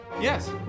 Yes